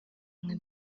nka